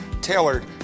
tailored